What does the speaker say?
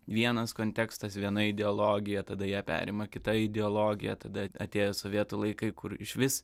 vienas kontekstas viena ideologija tada ją perima kita ideologija tada atėjo sovietų laikai kur išvis